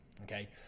okay